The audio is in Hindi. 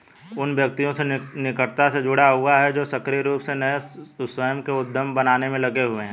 उन व्यक्तियों से निकटता से जुड़ा हुआ है जो सक्रिय रूप से नए स्वयं के उद्यम बनाने में लगे हुए हैं